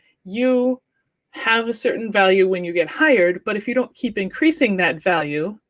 you have a certain value when you get hired, but if you don't keep increasing that value,